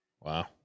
Wow